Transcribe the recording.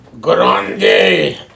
Grande